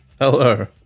Hello